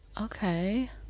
Okay